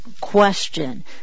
question